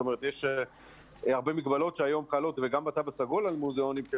יש הרבה מגבלות שהיום חלות וגם בתו הסגול על מוזיאונים,